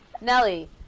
Nelly